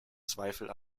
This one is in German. zweifel